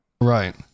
Right